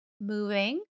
Moving